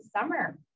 Summer